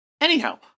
Anyhow